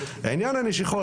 עניין הנשיכות,